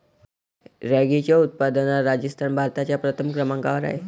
रॅगीच्या उत्पादनात राजस्थान भारतात प्रथम क्रमांकावर आहे